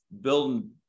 building